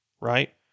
right